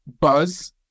buzz